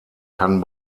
kann